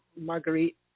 Marguerite